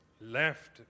left